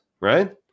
right